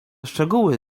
szczegóły